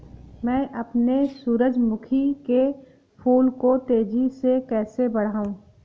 मैं अपने सूरजमुखी के फूल को तेजी से कैसे बढाऊं?